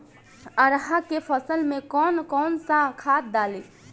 अरहा के फसल में कौन कौनसा खाद डाली?